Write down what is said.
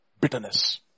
Bitterness